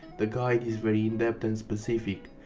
the guide is very in depth and specific.